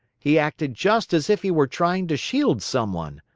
he acted just as if he were trying to shield some one.